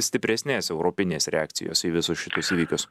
stipresnės europinės reakcijos į visus šitus įvykius